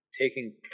taking